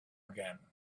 again